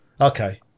Okay